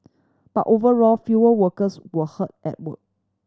but overall fewer workers were hurt at work